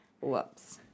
Whoops